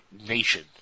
nation